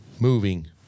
moving